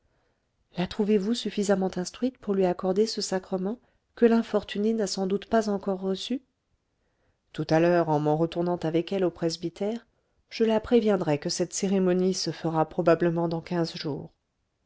la trouvez-vous suffisamment instruite pour lui accorder ce sacrement que l'infortunée n'a sans doute pas encore reçu tout à l'heure en m'en retournant avec elle au presbytère je la préviendrai que cette cérémonie se fera probablement dans quinze jours